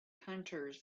hunters